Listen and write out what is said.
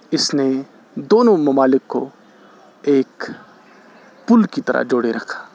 اس نے دونوں ممالک کو ایک پل کی طرح جوڑے رکھا